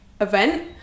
event